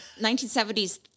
1970s